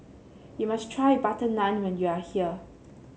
you must try butter naan when you are here